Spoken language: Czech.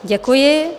Děkuji.